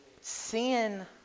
Sin